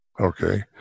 Okay